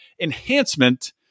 enhancement